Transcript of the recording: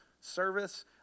service